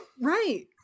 Right